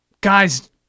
guys